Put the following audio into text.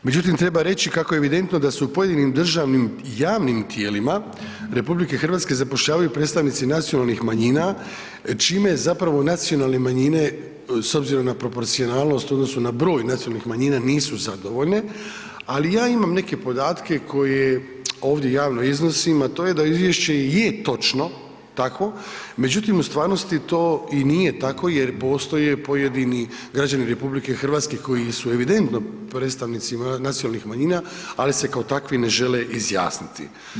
Međutim treba reći kako je evidentno da se u pojedinim državnim i javnim tijelima RH zapošljavaju predstavnici nacionalnih manjina čime zapravo nacionalne manjine s obzirom na proporcionalnost u odnosu na broj nacionalnih manjina, nisu zadovoljne ali ja imam neke podatke koje ovdje javno iznosim a to je da izvješće je točno takvo međutim u stvarnosti to i nije tako jer postoje pojedini građani RH koji su evidentno predstavnici nacionalnih manjina ali se kao takvi ne žele izjasniti.